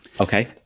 Okay